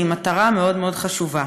עם מטרה מאוד מאוד חשובה.